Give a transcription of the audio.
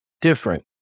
different